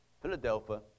Philadelphia